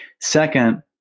second